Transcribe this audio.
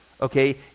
okay